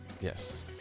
Yes